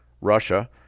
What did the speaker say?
Russia